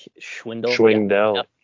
Schwindel